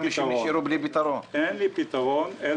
אין לי פתרון ל-200,